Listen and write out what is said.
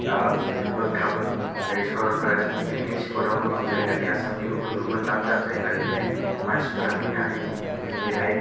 ओ बोगथाबो जेरै सरलपारा पिकनिक स्पटाव जायगानि आसामनि गुबुन गुबुन दाब दाब जायगानिफ्राय मानसिफोरा फैनानै बेवहाय